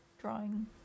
drawing